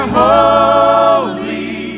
holy